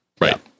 right